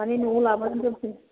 माने नोङो न'आव लाबोनानै दोनफै